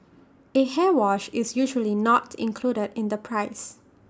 A hair wash is usually not included in the price